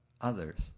others